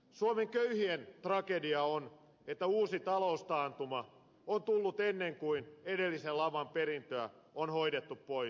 suomen köyhien tragedia on että uusi taloustaantuma on tullut ennen kuin edellisen laman perintöä on hoidettu pois